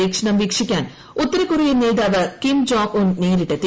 പരീക്ഷണം വീക്ഷിക്കാൻ ഉത്ത്രക്കൊറിയൻ നേതാവ് കിം ജോങ്ങ് ഉൻ നേരിട്ട് എത്തി